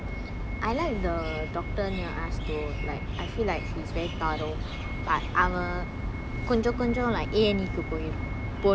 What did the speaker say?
I like the doctor near us though like I feel like his very thorough but அவன் கொஞ்சம் கொஞ்சம்:avan konjam konjam like ஏநீக்கு போய் போனோனே சொன்னான்:eaneeku poai ponone sonnan